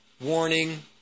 warning